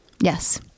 yes